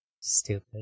Stupid